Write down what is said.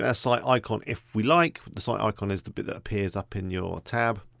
ah site icon if we like. the site icon is the bit that appears up in your tab.